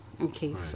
okay